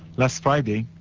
last friday,